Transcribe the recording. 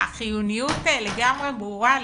החיוניות לגמרי ברורה לי.